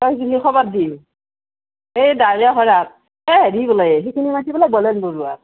তই সেইখিনি খবৰ দি এই দায়েৰাপাৰাত এই হেৰি বোলে সেইখিনি মাটি বোলে বলেন বৰুৱাৰ